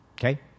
okay